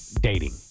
dating